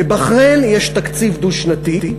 בבחריין יש תקציב דו-שנתי.